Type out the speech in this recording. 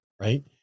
right